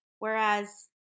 Whereas